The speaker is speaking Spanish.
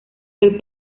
del